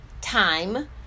time